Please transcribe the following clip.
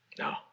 No